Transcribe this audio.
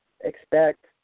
expect